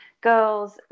girls